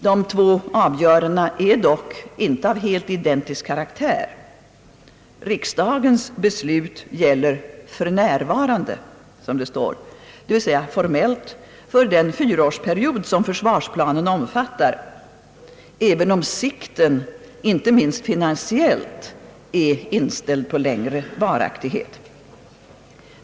De två avgörandena är dock icke av helt identisk karaktär; riksdagens beslut gäller »för närvarande», dvs. formellt för den fyraårsperiod som försvarsplanen omfattar, även om sikten, inte minst finansiellt, är inställd på längre varaktighet.